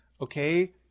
okay